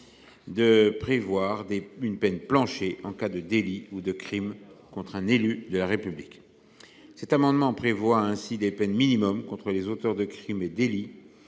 de prévoir une peine plancher en cas de délit ou de crime contre un élu de la République. Cet amendement vise ainsi à instaurer des peines minimales contre les auteurs de crimes et délits